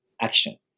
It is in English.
action